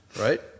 right